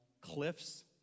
cliffs